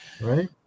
right